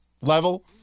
level